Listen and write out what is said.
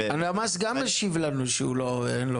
השיב לנו שאין לו